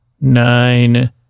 Nine